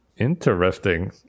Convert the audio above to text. interesting